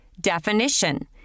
Definition